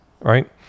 Right